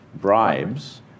bribes